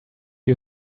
you